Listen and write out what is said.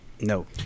No